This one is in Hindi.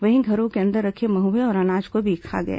वहीं घरों के अंदर रखे महुएं और अनाज को भी खा गए